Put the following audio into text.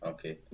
Okay